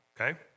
okay